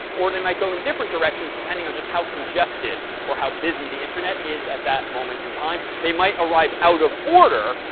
or they might go in different directions depending on just how congested or how busy the internet is at that moment in time. they might arrive out of order,